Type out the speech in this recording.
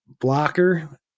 blocker